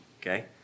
okay